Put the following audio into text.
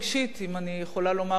אם אני יכולה לומר את זה ככה,